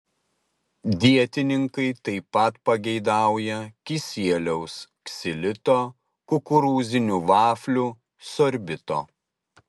dietininkai taip pat pageidauja kisieliaus ksilito kukurūzinių vaflių sorbito